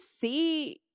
see